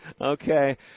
Okay